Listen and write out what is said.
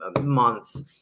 months